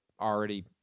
already